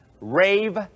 rave